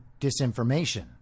disinformation